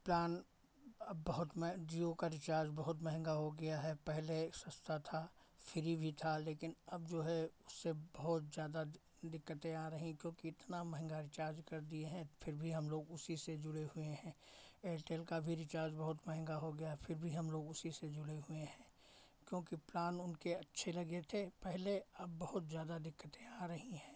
plan अब बहुत मह जिओ का रिचार्ज बहुत महंगा हो गया है पहले सस्ता था फ्री भी था लेकिन अब जो सु बहुत ज़्यादा दिक दिक्कतें आ रही क्योंकि इतना महंगा रिचार्ज़ कर दिया है फिर भी हम लोग उसी से जुड़े हुए हैं एयरटेल का भी रिचार्ज़ बहुत महंगा हो गया है फिर भी हम लोग उसी से जुड़े हुए हैं क्योंकि प्लान उनके अच्छे लगे थे पहले अब बहुत ज़्यादा दिक्कतें आ रही हैं